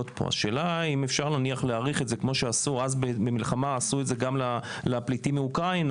השאלה היא האם אפשר להאריך את זה כפי שעשו אז במלחמה לפליטים מאוקראינה.